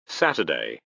Saturday